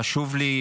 חשוב לי,